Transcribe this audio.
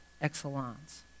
excellence